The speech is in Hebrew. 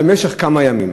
במשך כמה ימים.